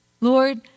Lord